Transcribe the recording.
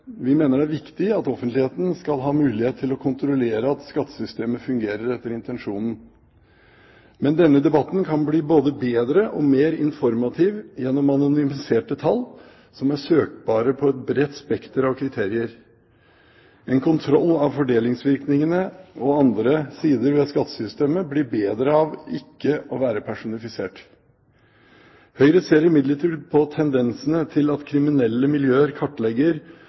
Vi mener det er viktig at offentligheten skal ha mulighet til å kontrollere at skattesystemet fungerer etter intensjonen. Men denne debatten kan bli både bedre og mer informativ gjennom anonymiserte tall som er søkbare på et bredt spekter av kriterier. En kontroll av fordelingsvirkninger og andre sider ved skattesystemet blir bedre av ikke å være personifisert. Høyre ser imidlertid på tendensene til at kriminelle miljøer kartlegger